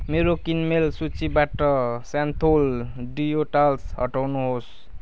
मेरो किनमेल सूचीबाट सेन्थोल डिओ टाल्क हटाउनुहोस्